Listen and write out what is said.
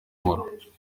mula